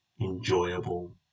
enjoyable